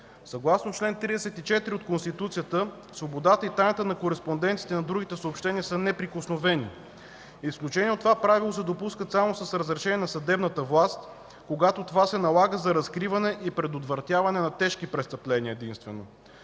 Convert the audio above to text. Съгласно чл. 34 от Конституцията свободата и тайната на кореспонденцията и на другите съобщения са неприкосновени. Изключение от това правило се допуска само с разрешение на съдебната власт, когато това се налага единствено за разкриване и предотвратяване на тежки престъпления.